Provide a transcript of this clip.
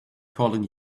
calling